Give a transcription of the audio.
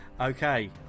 Okay